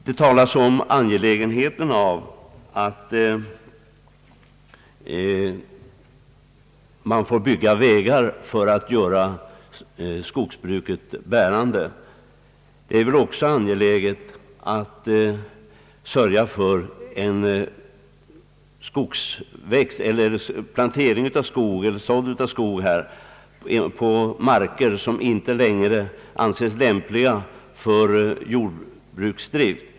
Det talas om angelägenheten av att man får bygga vägar för att göra skogsbruket bärande. Det är också angeläget att sörja för plantering eller sådd av skog på marker som inte längre anses lämpliga för jordbruksdrift.